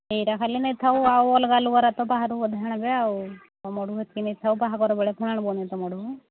ଏଇଟା ଖାଲି ନେଇଥାଉ ଆଉ ଅଲଗା ଲୁଗାଗୁଡ଼ା ତ ବାହାଘରକୁ ବୋଧେ ନେବେ ଆଉ ତ ତୁମଠୁ ଏତିକି ନେଇଥାଉ ବାହାଘର ବେଳେ ଫେର ଆଣିବୁନି ତୁମଠୁ